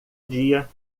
dia